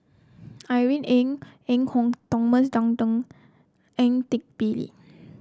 Irene Ng Phek Hoong Thomas Dunman Ang Teck Bee